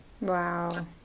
Wow